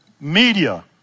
media